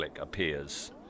appears